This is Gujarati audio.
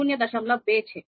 2 છે